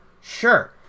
Sure